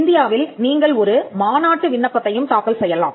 இந்தியாவில் நீங்கள் ஒரு மாநாட்டு விண்ணப்பத்தையும் தாக்கல் செய்யலாம்